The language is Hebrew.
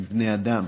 הם בני אדם,